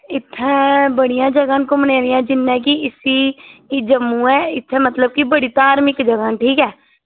इत्थें बड़ियां जगहा न घुम्मनै आह्लियां जि'यां कि इसी एह् जम्मू ऐ इत्थै मतलब कि बड़ी धार्मिक जगहां न ठीक ऐ